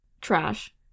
Trash